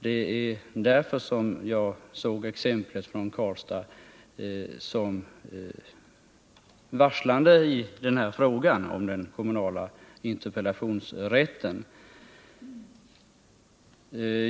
Det är därför som jag anser att exemplet från Karlstad är viktigt när det gäller frågan om den kommunala interpellationsrätten.